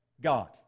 God